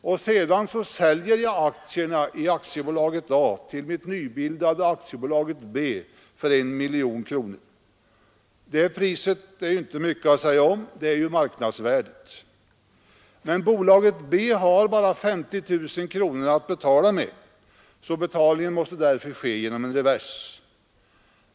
Sedan säljer jag aktierna i Aktiebolaget A till det nybildade Aktiebolaget B för 1 miljon kronor. Det priset är inget att säga om — det är ju marknadsvärdet. Men bolaget B har bara 50 000 kronor att betala med, så betalningen måste ske genom en revers.